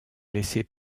laissées